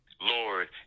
Lord